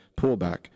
pullback